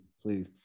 Please